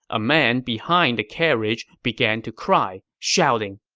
a man behind the carriage began to cry, shouting,